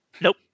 Nope